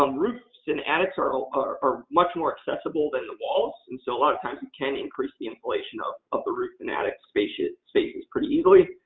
um roofs and attics are are much more accessible than the walls. and so, a lot of times, we can increase the insulation of of the roof and attics spaces spaces pretty easily.